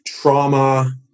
trauma